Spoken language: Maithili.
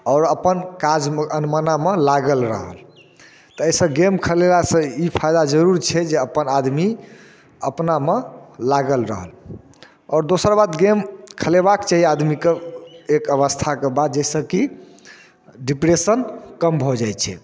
आओर अपन काजमे अनमना मन लागल रहल अइसँ गेम खेलेलासँ ई फायदा जरूर छै जे अप्पन आदमी अपनामे लागल रहल आओर दोसर बात गेम खेलेबाक चहियै आदमीके एक अवस्थाके बाद जैसँ की डिप्रेसन कम भऽ जाइ छै